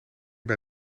bij